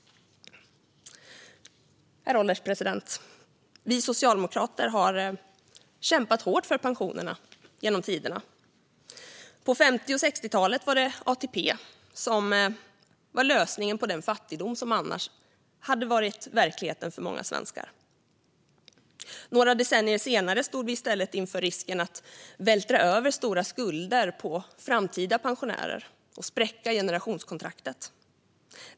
Herr ålderspresident! Vi socialdemokrater har genom tiderna kämpat hårt för pensionerna. På 50 och 60-talen var ATP lösningen på den fattigdom som annars hade varit verkligheten för många svenskar. Några decennier senare stod vi i stället inför risken att vältra över stora skulder på framtida pensionärer och spräcka generationskontraktet.